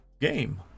game